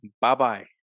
Bye-bye